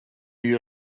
you